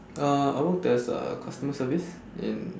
uh I worked as uh customer service in